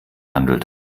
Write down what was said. handelt